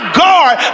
guard